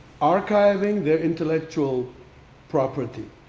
archiving their intellectual property,